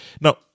Now